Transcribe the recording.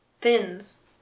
Thins